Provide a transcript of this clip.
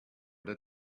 that